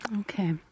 Okay